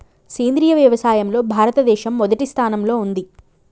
సేంద్రియ వ్యవసాయంలో భారతదేశం మొదటి స్థానంలో ఉంది